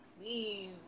please